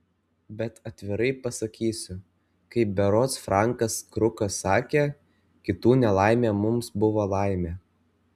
bet atvirai pasakysiu kaip berods frankas krukas sakė kitų nelaimė mums buvo laimė